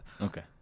Okay